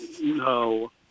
No